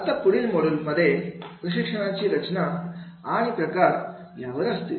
आता पुढील Moduls मध्ये प्रशिक्षणाची रचना आणि प्रकार यावर असतील